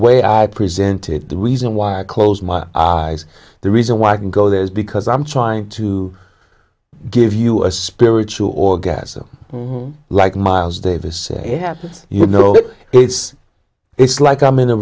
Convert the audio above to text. way i presented the reason why i close my eyes the reason why i can go there is because i'm trying to give you a spiritual orgasm like miles davis and have you know that it's it's like i'm in a